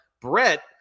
Brett